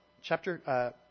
chapter